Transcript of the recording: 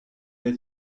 the